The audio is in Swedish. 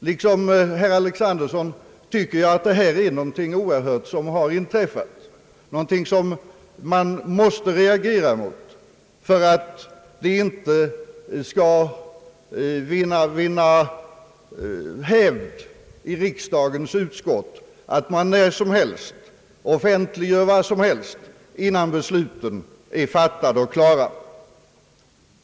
Liksom herr Alexanderson tycker jag det är någonting oerhört som har inträffat, någonting som man måste reagera mot, för att det inte skall vinna hävd i riksdagens utskott, att man när som helst offentliggör vad som helst innan besluten är fattade och klara.